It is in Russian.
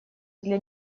для